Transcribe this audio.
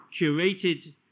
curated